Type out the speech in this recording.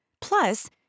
Plus